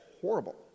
horrible